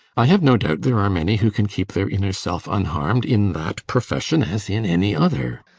i have no doubt there are many who can keep their inner self unharmed in that profession, as in any other.